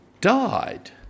died